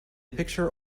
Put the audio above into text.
picture